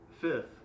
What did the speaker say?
fifth